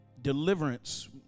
deliverance